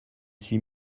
suis